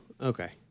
Okay